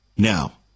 Now